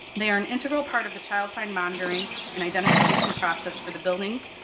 they're an integral part of the child find monitoring and identification process for the buildings,